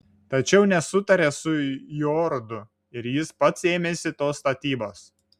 tačiau nesutarė su jorudu ir jis pats ėmėsi tos statybos